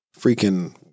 Freaking